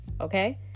okay